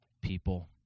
people